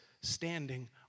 standing